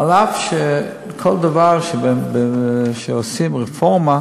אף שכל דבר שעושים בו רפורמה,